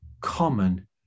common